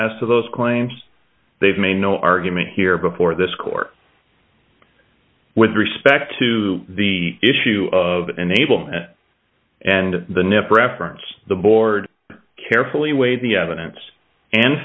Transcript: as to those claims they've made no argument here before this court with respect to the issue of enablement and the nif preference the board carefully weigh the evidence and